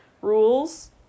Rules